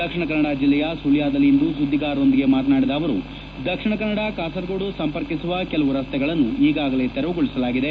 ದಕ್ಷಿಣ ಕನ್ನಡ ಜಿಲ್ಲೆಯ ಸುಳ್ಳದಲ್ಲಿ ಇಂದು ಸುಧ್ಗಿಗಾರರೊಂದಿಗೆ ಮಾತನಾಡಿದ ಅವರು ದಕ್ಷಿಣ ಕನ್ನಡ ಕಾಸರಗೋಡು ಸಂಪರ್ಕಿಸುವ ಕೆಲವು ರಸ್ತೆಗಳನ್ನು ಈಗಾಗಲೇ ತೆರವುಗೊಳಸಲಾಗಿದೆ